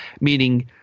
meaning